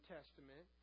Testament